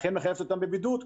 אכן מחייבת אותם בבידוד,